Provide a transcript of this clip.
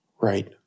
Right